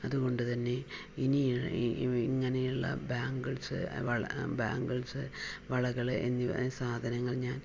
അതുകൊണ്ടു തന്നെ ഇനി ഇങ്ങനെയുള്ള ബാങ്കിൾസ് വള ബാങ്കിൾസ് വളകള് എന്നിവ ഈ സാധനങ്ങള് ഞാൻ